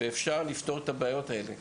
ואפשר לפתור את הבעיות האלה.